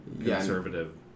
conservative